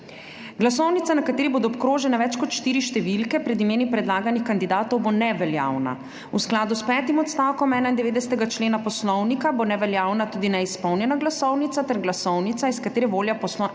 Glasovnica, na kateri bodo obkrožene več kot štiri številke pred imeni predlaganih kandidatov, bo neveljavna. V skladu s petim odstavkom 91. člena Poslovnika bo neveljavna tudi neizpolnjena glasovnica ter glasovnica, iz katere volja poslanca